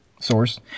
Source